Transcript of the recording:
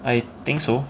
I think so